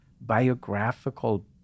biographical